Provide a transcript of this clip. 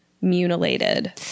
mutilated